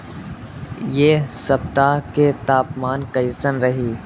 एह सप्ताह के तापमान कईसन रही?